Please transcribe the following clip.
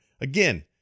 Again